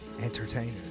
entertainer